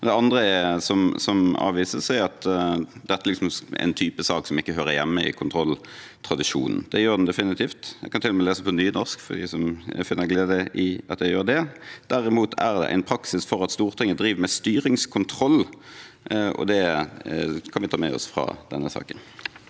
Det andre som avvises, er at dette er en type sak som ikke hører hjemme i kontrolltradisjonen. Det gjør det definitivt. Jeg kan til og med lese det på nynorsk, for dem som finner glede i at jeg gjør det: Derimot er det ein praksis for at Stortinget driv med styringskontroll. Det kan vi ta med oss fra denne saken.